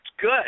good